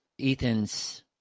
Ethan's